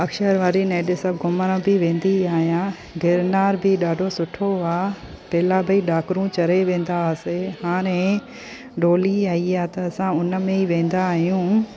अक्षरवारी नैडे सभु घुमण बि वेंदी आहियां गिरनार बि ॾाढो सुठो आहे पहिला भई ॾाकिणियूं चढ़ी वेंदासि हाणे डोली आई आहे त असां उन में ई वेंदा आहियूं